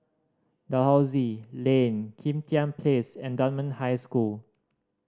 Dalhousie Lane Kim Tian Place and Dunman High School